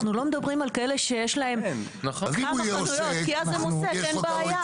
אנחנו לא מדברים על כאלה שיש להם כמה חנויות כי אז הם עוסק ואין בעיה.